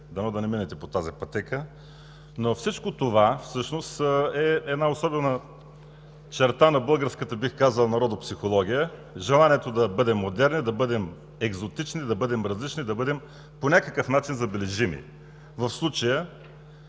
Дано да не минете по тази пътека. Но всичко това всъщност е една особена черта на българската, бих казал народопсихология – желанието да бъдем модерни, да бъдем екзотични, да бъдем различни, да бъдем по някакъв начин забележими, в случая